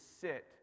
sit